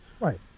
Right